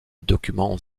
documents